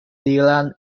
dylan